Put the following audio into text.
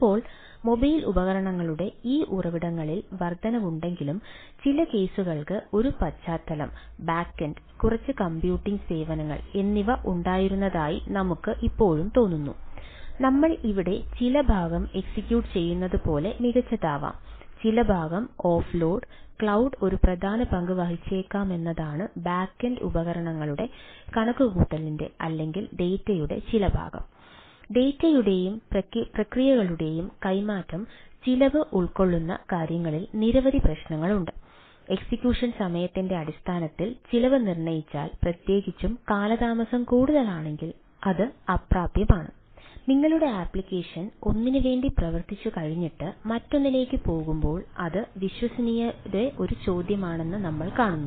ഇപ്പോൾ മൊബൈൽ സമയത്തിന്റെ അടിസ്ഥാനത്തിൽ ചിലവ് നിർണ്ണയിച്ചാൽ പ്രത്യേകിച്ചും കാലതാമസം കൂടുതലാണെങ്കിൽ അത് അപ്രാപ്യമാണ് നിങ്ങളുടെ ആപ്ലിക്കേഷൻ ഒന്നിനുവേണ്ടി പ്രവർത്തിച്ചു കഴിഞ്ഞിട്ട് മറ്റൊന്നിലേക്ക് പോകുമ്പോൾ അത് വിശ്വാസ്യതയുടെ ഒരു ചോദ്യമാണെന്ന് നമ്മൾ കാണുന്നു